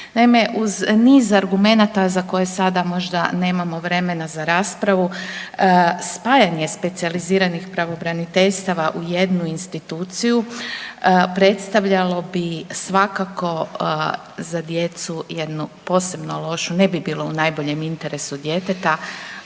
Naime, uz niz argumenata za koje sada možda nemamo vremena za raspravu spajanje specijaliziranih pravobraniteljstava u jednu instituciju predstavljalo bi svakako za djecu jednu posebno lošu, ne bi bilo u najboljem interesu djeteta,